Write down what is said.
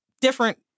different